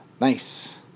Nice